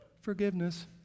Forgiveness